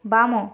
ବାମ